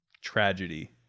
Tragedy